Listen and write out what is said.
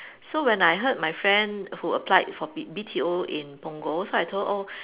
so when I heard my friend who applied for B_T_O in Punggol so I told her oh